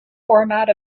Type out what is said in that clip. format